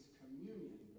communion